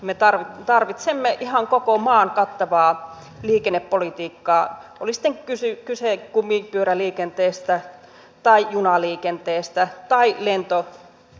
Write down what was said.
me tarvitsemme ihan koko maan kattavaa liikennepolitiikkaa oli kyse sitten kumipyöräliikenteestä tai junaliikenteestä tai lentoyhteyksistä yhtä lailla